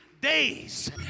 days